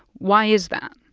why is that?